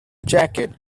jacket